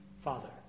Father